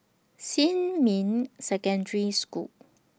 Xinmin Secondary School